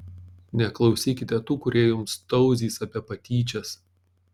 neklausykite tų kurie jums tauzys apie patyčias